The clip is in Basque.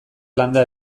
landa